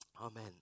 Amen